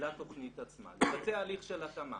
לתוכנית עצמה, לבצע הליך של התאמה.